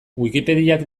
wikipediak